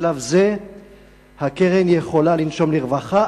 ובשלב זה הקרן יכולה לנשום לרווחה,